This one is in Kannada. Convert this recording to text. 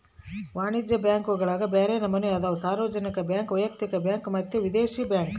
ವಾಣಿಜ್ಯ ಬ್ಯಾಂಕುಗುಳಗ ಬ್ಯರೆ ನಮನೆ ಅದವ, ಸಾರ್ವಜನಿಕ ಬ್ಯಾಂಕ್, ವೈಯಕ್ತಿಕ ಬ್ಯಾಂಕ್ ಮತ್ತೆ ವಿದೇಶಿ ಬ್ಯಾಂಕ್